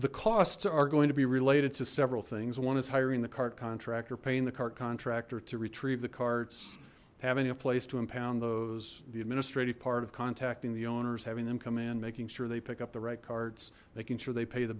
the costs are going to be related to several things one is hiring the cart contract or paying the cart contractor to retrieve the carts having a place to impound those the administrative part of contacting the owners having them come in making sure they pick up the right carts making sure they pay the